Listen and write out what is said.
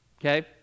Okay